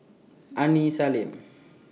Aini Salim